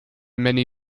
many